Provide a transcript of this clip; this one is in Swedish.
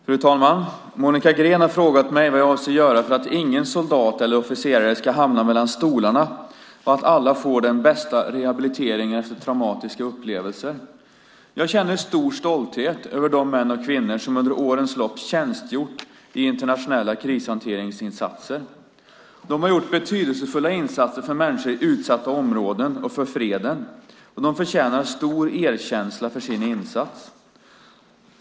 Fru talman! Monica Green har frågat mig vad jag avser att göra för att ingen soldat och officerare ska hamna mellan stolarna och för att alla ska få den bästa rehabiliteringen efter traumatiska upplevelser. Jag känner stor stolthet över de män och kvinnor som under årens lopp tjänstgjort i internationella krishanteringsinsatser. De har gjort betydelsefulla insatser för människor i utsatta områden och för freden och de förtjänar stor erkänsla för sin insats.